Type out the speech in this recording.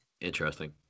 Interesting